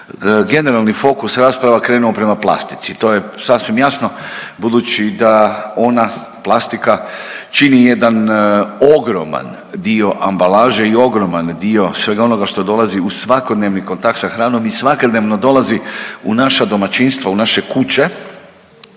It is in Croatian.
generalni fokus rasprava krenuo prema plastici. To je sasvim jasno budući da ona, plastika čini jedan ogroman dio ambalaže i ogroman dio svega onoga što dolazi u svakodnevni kontakt sa hranom i svakodnevno dolazi u naša domaćinstva, u naše kuće.